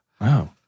Wow